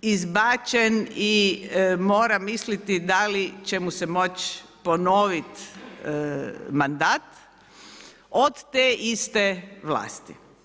izbačen i mora misliti da li će mu se moći ponovit mandat od te iste vlasti.